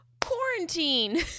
Quarantine